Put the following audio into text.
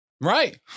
Right